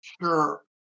Sure